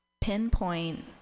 pinpoint